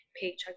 paycheck